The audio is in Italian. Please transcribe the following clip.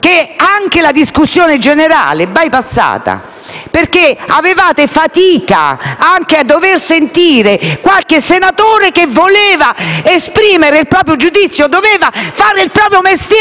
che anche la discussione generale viene bypassata, perché facevate fatica anche a dover sentire qualche senatore che voleva esprimere il proprio giudizio e voleva fare il proprio mestiere.